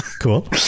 cool